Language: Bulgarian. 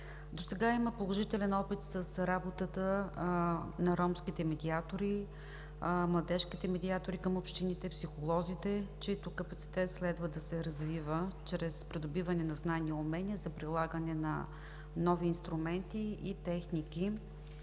Досега има положителен опит с работата на ромските медиатори, младежките медиатори към общините, психолозите, чийто капацитет следва да се развива чрез придобиване на знания и умения за прилагане на нови инструменти и техники